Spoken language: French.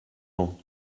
ans